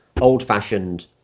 old-fashioned